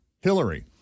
Hillary